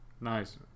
Nice